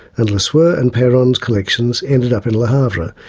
and lesueur and peron's collections ended up in le havre,